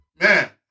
Man